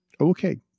Okay